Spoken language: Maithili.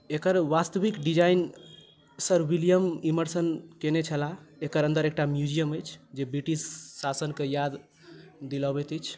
एकर वास्तविक डिजाईन सर विलियम इमर्सन कयने छलाह एकर अन्दर एकटा म्यूजियम अछि जे ब्रिटिश शासन के याद दिलऽबैत अछि